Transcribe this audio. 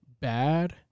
Bad